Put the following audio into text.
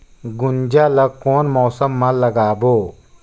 गुनजा ला कोन मौसम मा लगाबो?